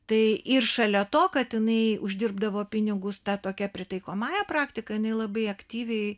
tai ir šalia to kad jinai uždirbdavo pinigus ta tokia pritaikomąja praktika jinai labai aktyviai